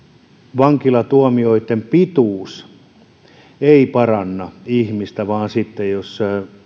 vankilatuomioitten pituus ei paranna ihmistä vaan sitten jos